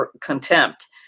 contempt